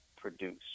produce